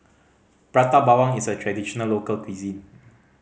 Prata Bawang is a traditional local cuisine